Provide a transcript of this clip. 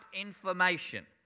information